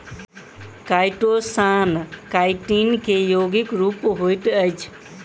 chitosan chitin के यौगिक रूप होइत अछि